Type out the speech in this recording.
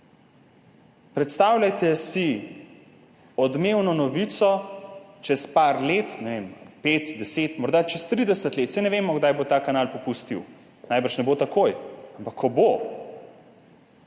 Predstavljajte si odmevno novico čez nekaj let, ne vem, pet, 10, morda čez 30 let, saj ne vemo, kdaj bo ta kanal popustil, najbrž ne bo takoj, ampak ko bo